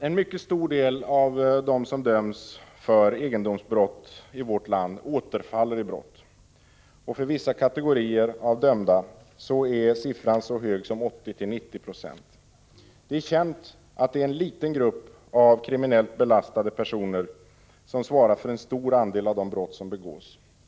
En mycket stor andel av dem som döms för egendomsbrott i vårt land återfaller i brott. För vissa kategorier av dömda är siffran så hög som 80-90 96. Det är känt att en liten grupp av kriminellt belastade personer svarar för en stor andel av de brott som begås.